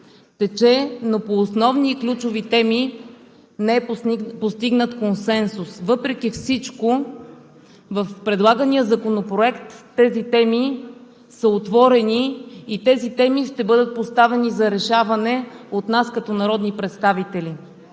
тече, но по основни и ключови теми не е постигнат консенсус. Въпреки всичко в предлагания законопроект тези теми са отворени и ще бъдат поставени за решаване от нас като народни представители.